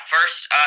first